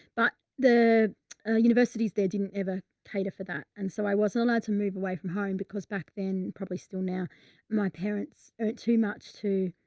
but the universities. there didn't ever cater for that, and so i wasn't allowed to move away from home because back then, prbably still now my parents earned too much too.